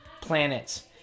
planets